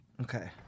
Okay